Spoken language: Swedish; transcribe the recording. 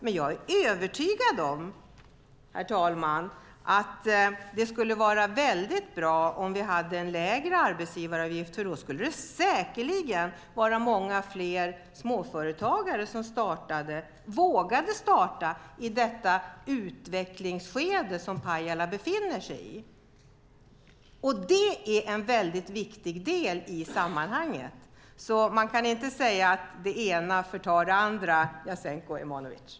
Men jag är övertygad om, herr talman, att det skulle vara väldigt bra om vi hade en lägre arbetsgivaravgift; då skulle det säkerligen vara många fler som vågade starta småföretag i det utvecklingsskede som Pajala befinner sig i. Det är en väldigt viktig del i sammanhanget. Man kan inte säga att det ena förtar det andra, Jasenko Omanovic.